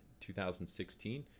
2016